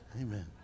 amen